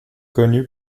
connu